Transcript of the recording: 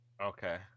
Okay